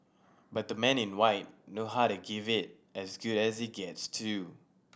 but the Men in White know how to give it as good as it gets too